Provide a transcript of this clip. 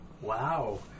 wow